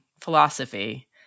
philosophy